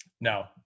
No